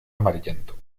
amarillento